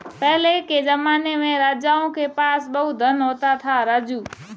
पहले के जमाने में राजाओं के पास बहुत धन होता था, राजू